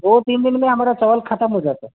दो तीन दिन में हमारा चावल ख़त्म हो जाता है